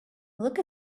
look